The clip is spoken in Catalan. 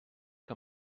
que